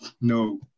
No